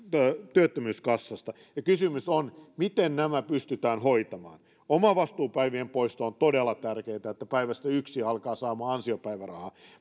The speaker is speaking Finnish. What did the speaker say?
työttömyyskassasta ja kysymys on miten nämä pystytään hoitamaan omavastuupäivien poisto on todella tärkeätä että päivästä yksi alkaa saamaan ansiopäivärahaa